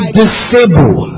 disable